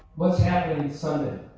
what's happening sunday?